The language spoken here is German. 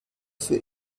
für